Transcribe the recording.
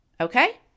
okay